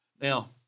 Now